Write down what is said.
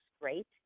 great